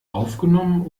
aufgenommen